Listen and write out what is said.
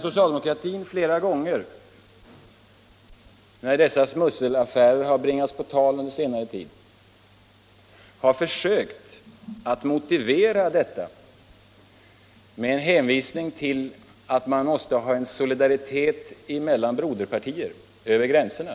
Socialdemokratin har flera gånger, när dessa smusselaffärer har bringats på tal under senare tid, försökt motivera det skedda med en hänvisning till att man måste ha en solidaritet mellan broderpartier över gränserna.